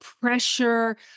pressure